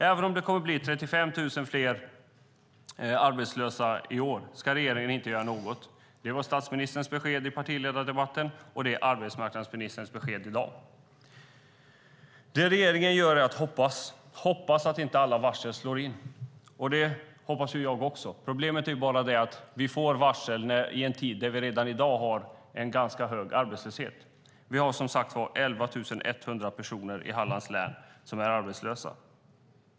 Även om det kommer att bli 35 000 fler arbetslösa i år ska regeringen inte göra något. Det var statsministerns besked i partiledardebatten, och det är arbetsmarknadsministerns besked i dag. Det regeringen gör är att hoppas. Man hoppas att inte alla varsel slår in. Det hoppas jag också. Problemet är bara det att vi får varsel i en tid där vi redan har en ganska hög arbetslöshet. Vi har som sagt 11 100 personer i Hallands län som är arbetslösa.